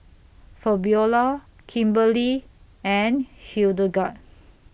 Fabiola Kimberly and Hildegarde